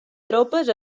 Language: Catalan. tropes